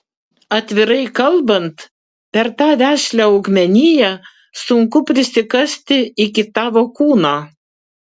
atvirai kalbant per tą vešlią augmeniją sunku prisikasti iki tavo kūno